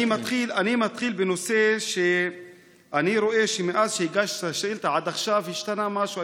אני מתחיל בנושא שאני רואה שמאז שהגשתי את השאילתה עד עכשיו השתנה משהו.